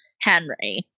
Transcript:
Henry